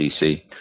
DC